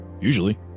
Usually